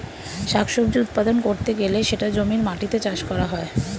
শাক সবজি উৎপাদন করতে গেলে সেটা জমির মাটিতে চাষ করা হয়